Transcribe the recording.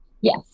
Yes